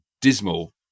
dismal